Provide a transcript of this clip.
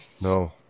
no